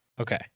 Okay